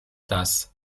das